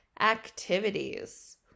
activities